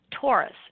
Taurus